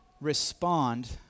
Respond